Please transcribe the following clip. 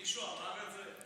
מישהו אמר את זה?